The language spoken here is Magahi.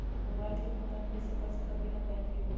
मोबाईल के भुगतान कईसे कर सकब बिना बैंक गईले?